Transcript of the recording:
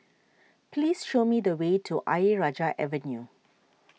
please show me the way to Ayer Rajah Avenue